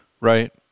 right